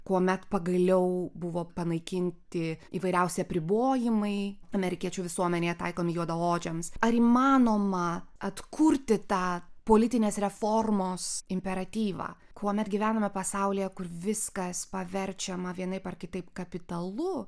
kuomet pagaliau buvo panaikinti įvairiausi apribojimai amerikiečių visuomenėje taikomi juodaodžiams ar įmanoma atkurti tą politinės reformos imperatyvą kuomet gyvename pasaulyje kur viskas paverčiama vienaip ar kitaip kapitalu